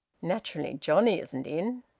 naturally johnnie isn't in!